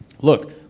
look